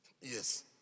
Yes